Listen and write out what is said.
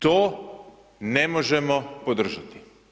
To ne možemo podržati.